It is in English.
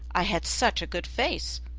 i had such a good face.